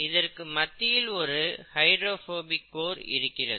இதற்கு மத்தியில் ஒரு ஹைட்ரோபோபிக் கோர் இருக்கிறது